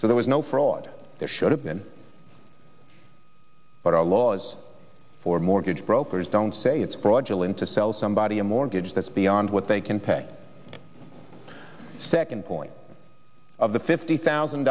so there was no fraud there should have been but our laws for mortgage brokers don't say it's fraudulent to sell somebody a mortgage that's beyond what they can pay second point of the fifty thousand